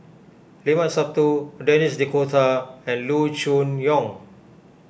Limat Sabtu Denis D'Cotta and Loo Choon Yong